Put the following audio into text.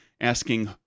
asking